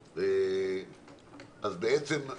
בעצם,